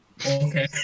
Okay